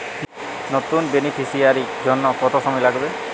নতুন বেনিফিসিয়ারি জন্য কত সময় লাগবে?